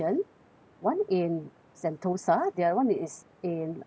one in sentosa the other one is in um